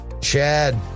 Chad